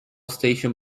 station